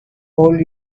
all